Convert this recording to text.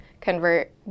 convert